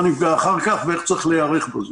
מה נפגע אחר כך ואיך צריך להיערך לזה.